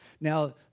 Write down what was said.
Now